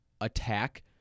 attack